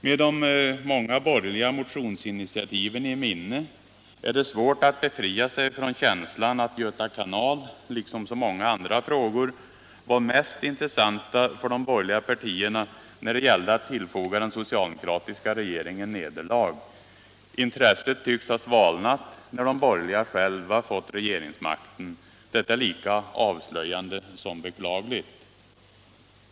Med de många borgerliga motionsinitiativen i minne är det svårt att befria sig från känslan att Göta kanal — liksom så många andra frågor — var mest intressant för de borgerliga partierna när det gällde att tillfoga den socialdemokratiska regeringen nederlag. Intresset tycks ha svalnat när de borgerliga själva fått regeringsmakten. Detta är lika avslöjande som beklagligt.